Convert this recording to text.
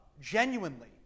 genuinely